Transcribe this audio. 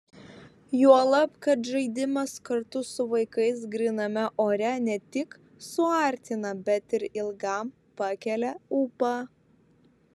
juolab kad žaidimas kartu su vaikais gryname ore ne tik suartina bet ir ilgam pakelia ūpą